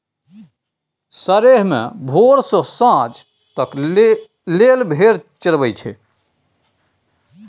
सरेह मे भोर सँ सांझ तक लेल भेड़ चरबई छै